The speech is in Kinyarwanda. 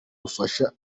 dufasha